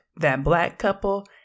ThatBlackCouple